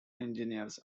engineers